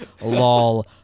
Lol